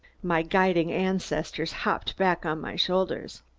my guiding ancestors hopped back on my shoulders.